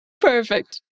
Perfect